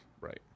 Right